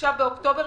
עכשיו באוקטובר,